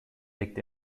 liegt